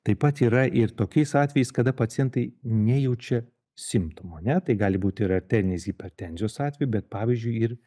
taip pat yra ir tokiais atvejais kada pacientai nejaučia simptomų ane tai gali būti ir arterinės hipertenzijos atveju bet pavyzdžiui ir